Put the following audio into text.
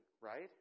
Right